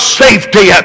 safety